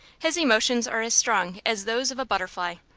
his emotions are as strong as those of a butterfly.